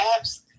apps